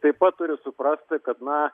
taip pat turi suprasti kad na